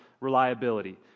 reliability